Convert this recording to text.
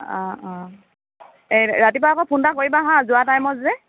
অঁ অঁ এই ৰাতিপুৱা আকৌ ফোন এটা কৰিবা হাঁ যোৱা টাইমত যে